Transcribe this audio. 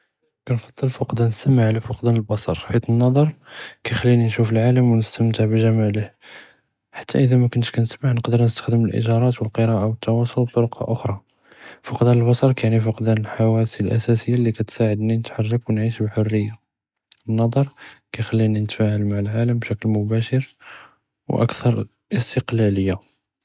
כנפצ׳ל פקדאן א־סמע על פקדאן א־בצר, חית אלנظار כיכּליני נשרף אלאעלם ו נסתמתע בג׳מאלו, חתה אדה מקונטש כנסמע נקדאר נסתעמל א־איג׳ראת ו א־קראא ו א־תֻוֻאסול בדרוק אכרה, פקדאן א־בצר כיעני פקדאן א־חוואס אלאסאסיה לי כיעטדני נתחרק ו נعيش בחריה, אלנظار כיכּליני נתפעַל מע אלעלם בצורה דיריקט ו אכר אסתיקלליה.